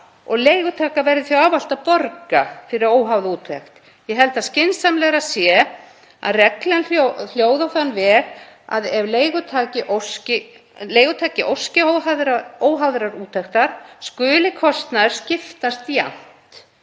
leigutakar verði því ávallt að borga fyrir óháða úttekt. Ég held að skynsamlegra sé að reglan hljóði á þann veg að ef leigutaki óski óháðrar úttektar skuli kostnaður skiptast jafnt